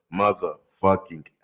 motherfucking